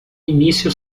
início